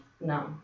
No